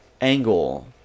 angle